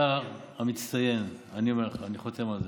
הפרלמנטר המצטיין, אני אומר לך, אני חותם על זה,